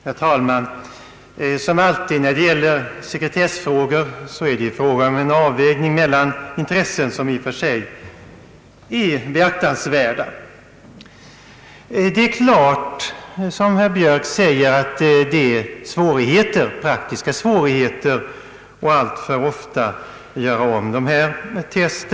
Herr talman! Som alltid när det gäller sekretesspörsmål är det fråga om en avvägning mellan intressen som i och för sig är beaktansvärda. Det är klart, som herr Björk säger, att det är förenat med praktiska svårigheter att alltför ofta göra om dessa test.